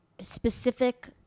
specific